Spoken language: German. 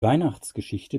weihnachtsgeschichte